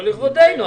לא לכבודנו.